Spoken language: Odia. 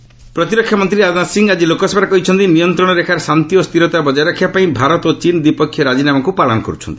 ଏଲ୍ଏସ୍ ଇଣ୍ଡିଆ ଚୀନ୍ ପ୍ରତିରକ୍ଷା ମନ୍ତ୍ରୀ ରାଜନାଥ ସିଂ ଆଜି ଲୋକସଭାରେ କହିଛନ୍ତି ନିୟନ୍ତ୍ରଣ ରେଖାରେ ଶାନ୍ତି ଓ ସ୍ଥିରତା ବଜାୟ ରଖିବାପାଇଁ ଭାରତ ଓ ଚୀନ୍ ଦ୍ୱିପକ୍ଷୀୟ ରାଜିନାମାକୁ ପାଳନ କର୍ରଛନ୍ତି